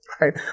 Right